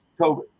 COVID